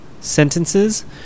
sentences